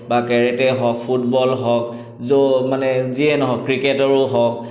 বা কেৰেটেই হওক ফুটবল হওক য' মানে যিয়েই নহওক ক্ৰিকেটৰো হওক